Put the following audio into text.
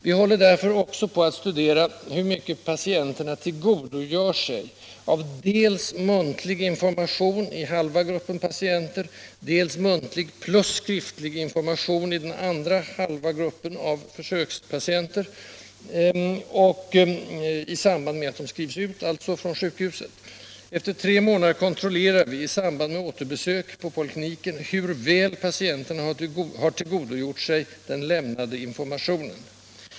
Vi håller därför också på att studera hur mycket patienterna tillgodogör sig — dels av muntlig information beträffande halva gruppen patienter, dels av muntlig plus skriftlig information när det gäller den andra hälften av försökspatienterna, allt i samband med utskrivning från sjukhuset. Efter tre månader kontrollerar vi i samband med återbesök på polikliniken hur väl patienten har tillgodogjort sig den lämnade informationen.